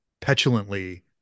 petulantly